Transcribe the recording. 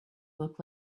look